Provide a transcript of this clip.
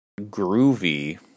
groovy